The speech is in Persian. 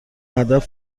هدف